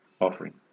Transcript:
offering